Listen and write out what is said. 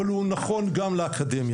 אבל הוא נכון גם לאקדמיה,